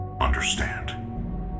understand